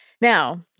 Now